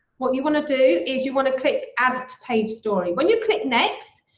what you wanna do is you wanna click add to page story. when you click next,